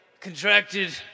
contracted